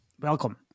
Welcome